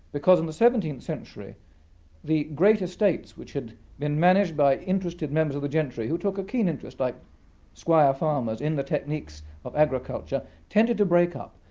because in the seventeenth century the great estates, which had been managed by interested members of the gentry who took a keen interest, like squire farmers, in the techniques of agriculture, tended to break up.